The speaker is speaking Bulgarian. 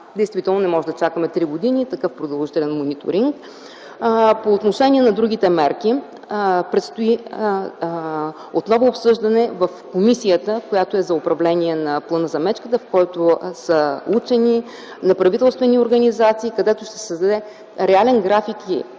Действително, не можем да чакаме три години, такъв продължителен мониторинг. По отношение на другите мерки, предстои отново обсъждане в комисията, която е за управление на Плана за мечката, в която са включени учени, неправителствени организации, където ще се създаде реален график и